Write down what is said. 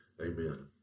amen